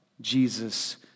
Jesus